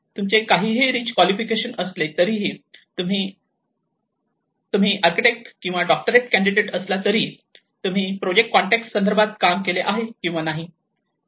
तुमचे काहीही rich qualification असले तरीही तुम्ही आर्किटेक्ट किंवा डॉक्टरेट कॅंडिडेट असला तरी तुम्ही प्रोजेक्ट कॉन्टेक्स्ट संदर्भात काम केले आहे किंवा नाही